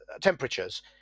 temperatures